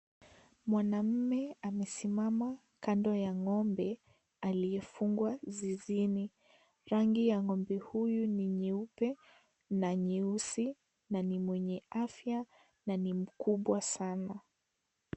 Mwanamume amesimama kando ya ng'ombe aliyefungwa zizini. Rangi ya ng'ombe huyu ni nyeupe na nyeusi na ni mwenye afya na ni mkubwa sana.